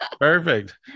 perfect